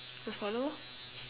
just follow orh